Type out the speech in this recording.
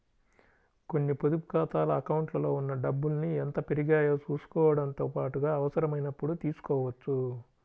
కొన్ని పొదుపు ఖాతాల అకౌంట్లలో ఉన్న డబ్బుల్ని ఎంత పెరిగాయో చూసుకోవడంతో పాటుగా అవసరమైనప్పుడు తీసుకోవచ్చు